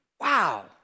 wow